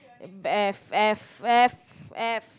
F F F F